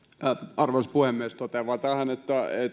arvoisa puhemies totean tähän vain että